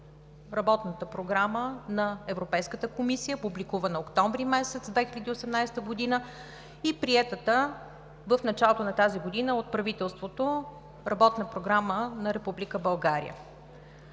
Работната програма на Европейската комисия, публикувана през октомври месец 2018 г. и приетата в началото на тази година от правителството Работна програма на Република България.